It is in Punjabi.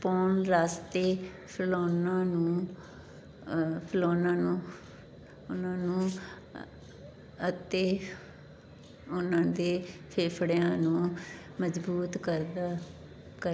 ਪੌਣ ਰਾਸਤੇ ਫੈਲਾਉਣਾ ਨੂੰ ਫੈਲਾਉਣਾ ਨੂੰ ਉਹਨਾਂ ਨੂੰ ਅਤੇ ਉਹਨਾਂ ਦੇ ਫੇਫੜਿਆਂ ਨੂੰ ਮਜ਼ਬੂਤ ਕਰੇਗਾ